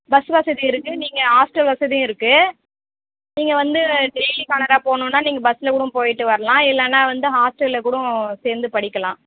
bus வசதி இருக்குது நீங்கள் ஹாஸ்ட்டல் வசதியும் இருக்குது நீங்கள் வந்து டெய்லி ஸ்காலராக போகணுன்னா நீங்கள் பஸ்ஸில் கூட போய்ட்டு வரலாம் இல்லைனா ஹாஸ்டலில் கூட சேர்ந்து படிக்கலாம்